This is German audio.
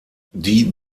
die